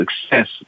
success